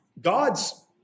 God's